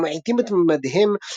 או ממעיטים את ממדיהם,